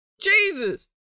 Jesus